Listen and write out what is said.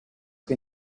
che